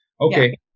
Okay